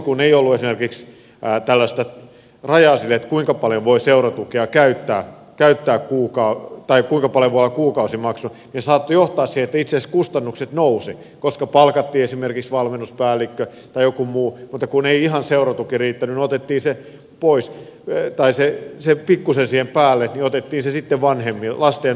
kun aluksi ei ollut esimerkiksi tällaista rajaa sille kuinka paljon voi olla kuukausimaksu niin se saattoi johtaa siihen että itse asiassa kustannukset nousivat koska palkattiin esimerkiksi valmennuspäällikkö tai joku muu ja kun ei ihan seuratuki riittänyt niin pikkuisen siihen päälle otettiin sitten lasten ja nuorten vanhemmilta